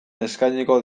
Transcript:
eskainiko